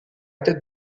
tête